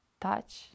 touch